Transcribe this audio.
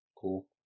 Cool